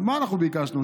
אבל מה אנחנו ביקשנו?